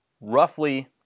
roughly